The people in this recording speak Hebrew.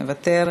מוותר,